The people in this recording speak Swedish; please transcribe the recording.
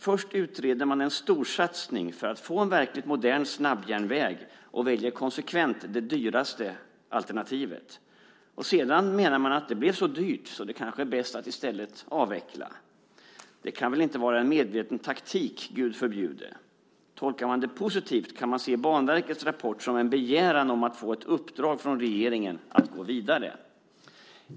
Först utreder man en storsatsning för att få en verkligt modern snabbjärnväg och väljer konsekvent det dyraste alternativet. Sedan menar man att det blev så dyrt att det kanske är bäst att i stället avveckla. Det kan väl inte, Gud förbjude, vara en medveten taktik? Tolkar man det positivt kan man se Banverkets rapport som en begäran om att få ett uppdrag från regeringen att gå vidare.